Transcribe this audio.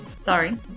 Sorry